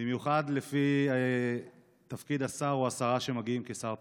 במיוחד לפי תפקיד השר או השרה שמגיעים כשר תורן.